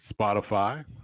Spotify